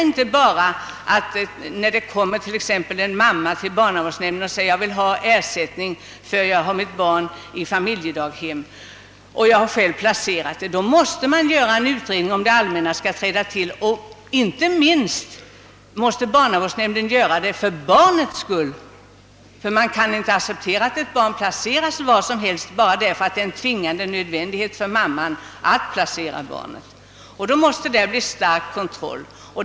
När det t.ex. kommer en mamma till barnavårdsnämnden och meddelar att hon har placerat sitt barn på ett familjedaghem och att hon vill ha ersättning för det måste en utredning göras, om det allmänna skall träda in. Detta måste barnavårdsnämnden göra inte minst för barnets skull. Det kan inte accepteras att ett barn placeras var som helst bara för att det är en tvingande nödvändighet för mamman att placera barnet. Därför krävs stark koncentration.